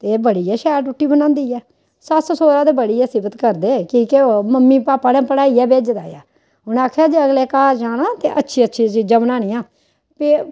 एह् बड़ी गै शैल रुट्टी बनांदी ऐ सस्स सौह्रा ते बड़ी के सिबत करदे की के मम्मी पापा ने पढ़ाइयै भेजे दा ऐ उ'नें आखेआ दा जे अगले घर जाना ते अच्छी अच्छी चीजां बनानियां ते